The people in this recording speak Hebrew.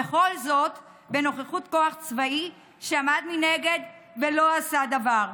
וכל זאת בנוכחות כוח צבאי שעמד מנגד ולא עשה דבר.